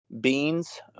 Beans